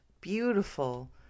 beautiful